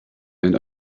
and